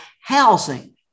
housing